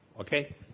Okay